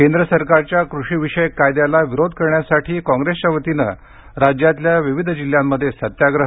केंद्र सरकारच्या कृषीविषयक कायद्याला विरोध करण्यासाठी कॉंगेसच्या वतीने राज्यातल्या विविध जिल्ह्यांमध्ये सत्याग्रह